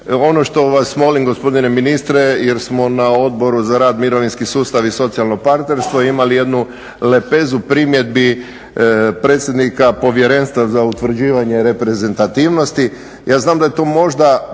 Ono što vas molim gospodine ministre, jer smo na Odboru za rad, mirovinski sustav i socijalno partnerstvo imali jednu lepezu primjedbi predsjednika Povjerenstva za utvrđivanje reprezentativnosti, ja znam da je to možda